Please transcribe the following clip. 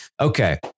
Okay